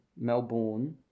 Melbourne